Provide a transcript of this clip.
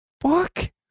fuck